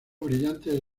brillantes